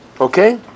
okay